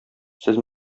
сез